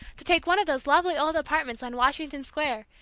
to take one of those lovely old apartments on washington square,